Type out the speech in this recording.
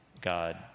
god